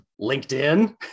LinkedIn